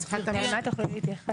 נעמה, תוכלי להתייחס?